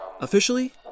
Officially